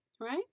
right